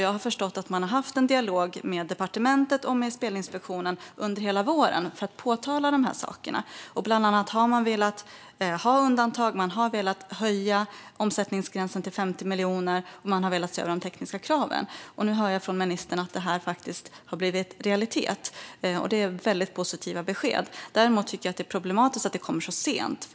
Jag har förstått att man hade en dialog med departementet och med Spelinspektionen under hela våren för att påtala de här sakerna. Bland annat har man velat ha undantag och velat höja omsättningsgränsen till 50 miljoner, och man har velat se över de tekniska kraven. Nu hör jag från ministern att det här faktiskt har blivit realitet, och det är väldigt positiva besked. Däremot tycker jag att det är problematiskt att de kommer så sent.